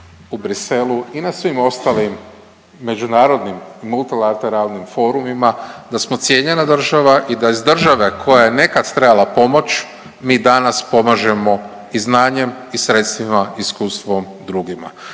u Bruxellesu i na svim ostalim međunarodnim multilateralnim forumima, da smo cijenjena država i da iz države koja je nekad trebala pomoć mi danas pomažemo i znanjem i sredstvima, iskustvom drugima.